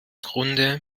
grunde